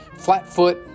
Flatfoot